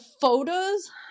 photos